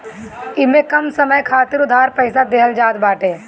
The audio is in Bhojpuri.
इमे कम समय खातिर उधार पईसा देहल जात बाटे